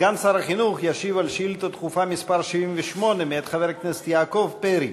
סגן שר החינוך ישיב על שאילתה דחופה מס' 78 מאת חבר הכנסת יעקב פרי.